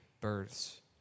births